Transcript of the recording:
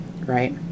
right